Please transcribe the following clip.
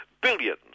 billions